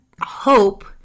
hope